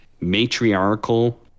matriarchal